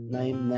name